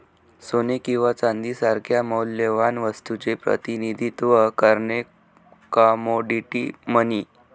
सोने किंवा चांदी सारख्या मौल्यवान वस्तूचे प्रतिनिधित्व करणारे कमोडिटी मनी